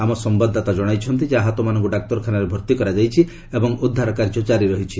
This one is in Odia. ଆମ ସମ୍ଭାଦଦାତା ଜଣାଇଛନ୍ତି ଯେ ଆହତମାନଙ୍କୁ ଡାକ୍ତରଖାନାରେ ଭର୍ତ୍ତି କରାଯାଇଛି ଏବଂ ଉଦ୍ଧାର କାର୍ଯ୍ୟ କାରି ରହିଛି